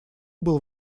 был